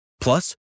Plus